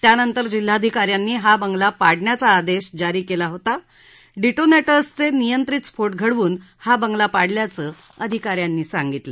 त्यानंतर जिल्हाधिकाऱ्यांनी हा बंगला पाडण्याचा आदेश जारी केला होता डिटोनेटरसचे नियंत्रित स्फोट घडवून हा बंगला पाडल्याचं अधिका यांनी सांगितलं